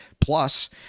plus